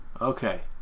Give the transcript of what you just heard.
Okay